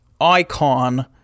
Icon